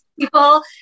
people